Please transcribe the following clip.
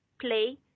play